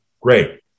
Great